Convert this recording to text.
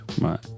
Right